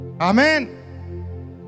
Amen